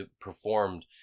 performed